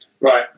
right